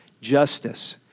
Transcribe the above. justice